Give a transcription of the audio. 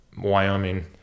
Wyoming